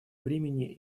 бремени